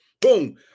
Boom